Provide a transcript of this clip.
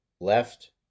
left